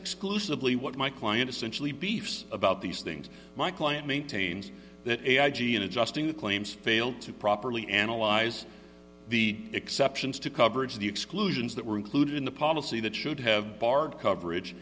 exclusively what my client essentially beefs about these things my client maintains that adji in adjusting the claims failed to properly analyze the exceptions to coverage the exclusions that were included in the policy that should have barred coverage